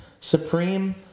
Supreme